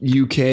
UK